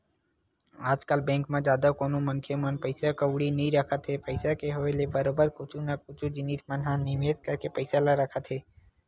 आजकल बेंक म जादा कोनो मनखे मन पइसा कउड़ी नइ रखत हे पइसा के होय ले बरोबर कुछु न कुछु जिनिस मन म निवेस करके पइसा ल रखत हे